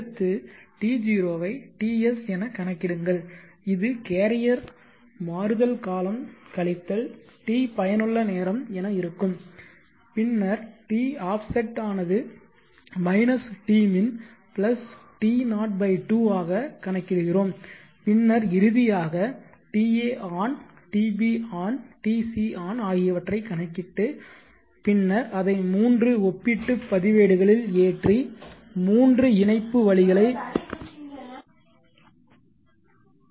அடுத்து T0 ஐ TS எனக் கணக்கிடுங்கள்இது கேரியர் மாறுதல் காலம் கழித்தல் t பயனுள்ள நேரம் என இருக்கும் பின்னர் t offset ஆனது tmin T0 2 ஆக கணக்கிடுகிறோம் பின்னர் இறுதியாக taon tbon tcon ஆகியவற்றை கணக்கிட்டு பின்னர் அதை மூன்று ஒப்பீட்டு பதிவேடுகளில் ஏற்றி 3 இணைப்பு வழிகளை உருவாக்கும்